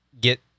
get